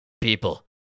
people